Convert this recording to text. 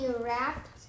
wrapped